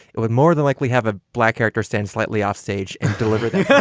it would more than likely have a black character stand slightly offstage and deliver them yeah